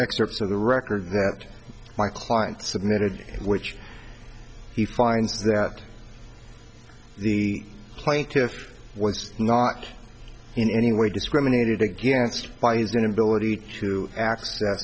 excerpts of the record that my client submitted in which he finds that the plaintiffs was not in any way discriminated against by his inability to access